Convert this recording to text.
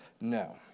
no